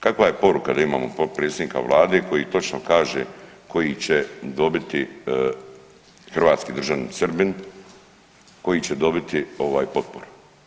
Kakva je poruka da imamo potpredsjednika Vlade koji točno kaže koji će dobiti hrvatski državljanin Srbin koji će dobiti potporu?